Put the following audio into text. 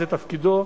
זה תפקידו,